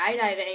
skydiving